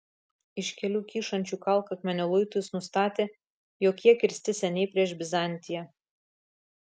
iš kelių kyšančių kalkakmenio luitų jis nustatė jog jie kirsti seniai prieš bizantiją